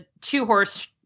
two-horse